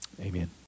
Amen